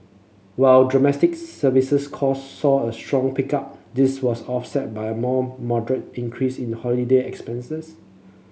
while domestic services cost saw a strong pickup this was offset by a more moderate increase in holiday expenses